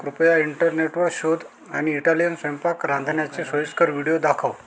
कृपया इंटरनेटवर शोध आणि इटालियन स्वयंपाक रांधण्याचे सोयीस्कर व्हिडिओ दाखव